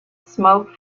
smoke